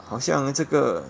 好像这个